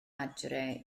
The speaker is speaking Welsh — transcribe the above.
adre